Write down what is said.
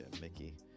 Mickey